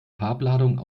farbladung